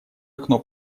окно